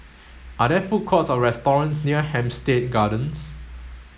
are there food courts or restaurants near Hampstead Gardens